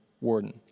warden